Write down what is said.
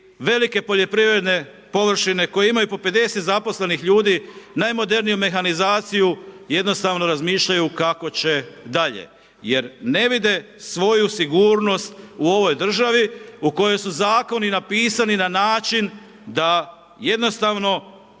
velike poljoprivredne površine, koji imaju po 50 zaposlenih ljudi, najmoderniju mehanizaciju, jednostavno razmišljaju kako će dalje jer ne vide svoju sigurnost u ovoj državi u kojoj su zakoni napisani na način da jednostavno